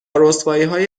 رسواییهای